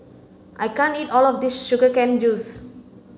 I can't eat all of this sugar cane juice